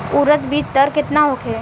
उरद बीज दर केतना होखे?